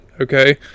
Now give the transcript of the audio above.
Okay